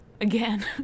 again